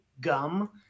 gum